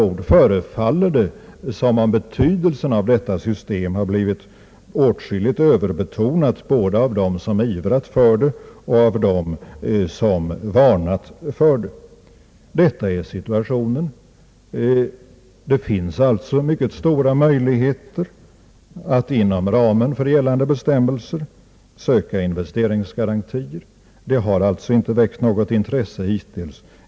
Det förefaller med andra ord som om betydelsen av detta system har blivit överbetonad både av dem som ivrat för det och av dem som varnat för det. Sådan är situationen. Det finns alltså mycket stora möjligheter att inom ramen för gällande bestämmelser söka investeringsgarantier, men detta har inte väckt något intresse hittills.